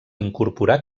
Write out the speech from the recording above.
incorporar